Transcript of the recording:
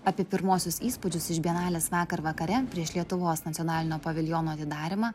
apie pirmuosius įspūdžius iš bienalės vakar vakare prieš lietuvos nacionalinio paviljono atidarymą